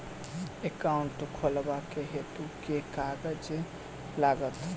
Account खोलाबक हेतु केँ कागज लागत?